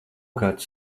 kāds